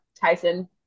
Tyson